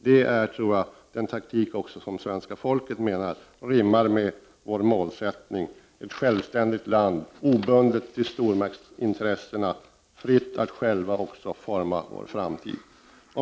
Det är också den taktik som rimmar med svenska folkets inställning om målsättningen — ett självständigt land, obundet från stormaktsintressena och fritt att självt forma sin framtid.